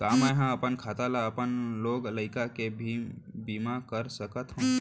का मैं ह अपन खाता ले अपन लोग लइका के भी बीमा कर सकत हो